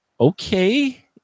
okay